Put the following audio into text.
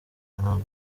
ntabwo